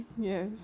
Yes